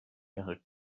ihre